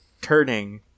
turning